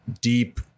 deep